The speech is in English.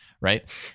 right